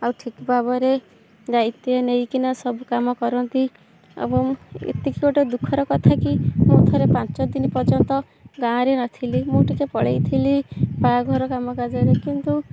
ଆଉ ଠିକ୍ ଭାବରେ ଦାୟିତ୍ୱ ନେଇକିନା ସବୁ କାମ କରନ୍ତି ଏବଂ ଏତିକି ଗୋଟେ ଦୁଃଖର କଥା କି ମୁଁ ଥରେ ପାଞ୍ଚ ଦିନ ପର୍ଯ୍ୟନ୍ତ ଗାଁରେ ନ ଥିଲି ମୁଁ ଟିକେ ପଳାଇଥିଲି ବାହାଘର କାମ କାର୍ଯ୍ୟରେ କିନ୍ତୁ